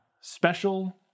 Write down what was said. special